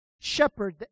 shepherd